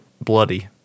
bloody